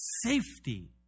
safety